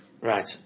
right